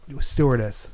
stewardess